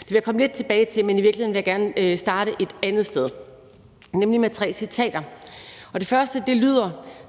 Det vil jeg komme tilbage til, men jeg vil gerne starte et andet sted, nemlig med tre citater. Det første lyder: